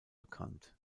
bekannt